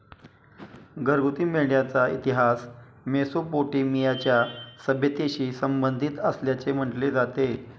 घरगुती मेंढ्यांचा इतिहास मेसोपोटेमियाच्या सभ्यतेशी संबंधित असल्याचे म्हटले जाते